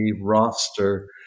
roster